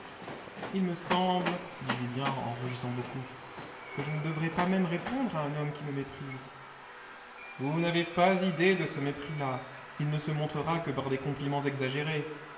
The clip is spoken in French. il me semble dit julien en rougissant beaucoup que je ne devrais pas même répondre à un homme qui me méprise vous n'avez pas idée de ce mépris là il ne se montrera que par des compliments exagérés